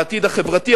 העתיד החברתי,